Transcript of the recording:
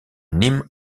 nîmes